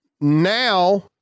now